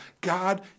God